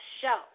show